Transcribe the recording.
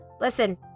listen